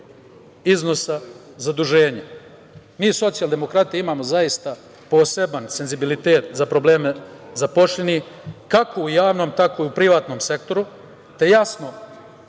iznosa zaduženja. Mi socijaldemokrate imamo zaista senzibilitet za probleme zaposlenih kako u javnom, tako i u privatnom sektoru, te jasno